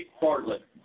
Bartlett